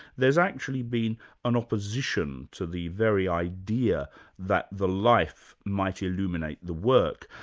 there's actually been an opposition to the very idea that the life might illuminate the work.